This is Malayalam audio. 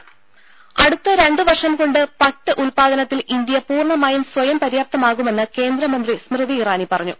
രേര അടുത്ത രണ്ട് വർഷം കൊണ്ട് പട്ട് ഉൽപ്പാദനത്തിൽ ഇന്ത്യ പൂർണമായും സ്വയംപര്യാപ്തമാകുമെന്ന് കേന്ദ്രമന്ത്രി സ്മൃതി ഇറാനി പറഞ്ഞു